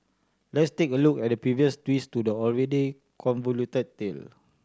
let's take a look at the previous twist to the already convoluted tale